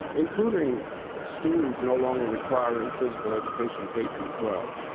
including schools no longer requiring physical education, k through twelve.